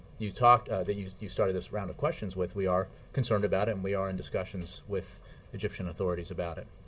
you talked that you you started this round of questions with, we are concerned about it and we are in discussions with egyptian authorities about it.